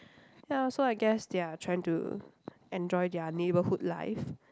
ya so I guess they are trying to enjoy their neighbourhood life